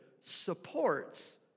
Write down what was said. supports